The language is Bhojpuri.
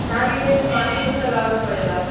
धान के खेत में पानी खुब लगावे के पड़ेला